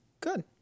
good